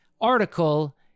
article